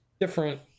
different